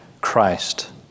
Christ